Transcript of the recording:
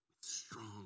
strong